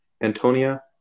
Antonia